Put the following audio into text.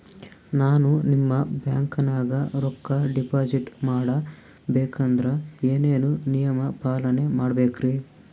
ನಾನು ನಿಮ್ಮ ಬ್ಯಾಂಕನಾಗ ರೊಕ್ಕಾ ಡಿಪಾಜಿಟ್ ಮಾಡ ಬೇಕಂದ್ರ ಏನೇನು ನಿಯಮ ಪಾಲನೇ ಮಾಡ್ಬೇಕ್ರಿ?